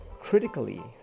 critically